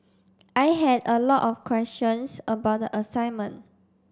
I had a lot of questions about the assignment